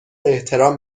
احترام